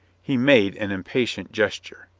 he made an impatient gesture.